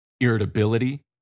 Irritability